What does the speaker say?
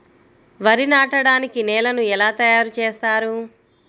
వరి నాటడానికి నేలను ఎలా తయారు చేస్తారు?